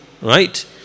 right